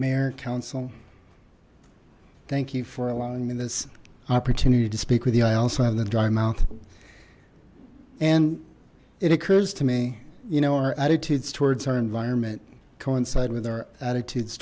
mayor council thank you for allowing me this opportunity to speak with you i also have the dry mouth and it occurs to me you know our attitudes towards our environment coincide with our attitudes